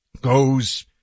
goes